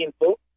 info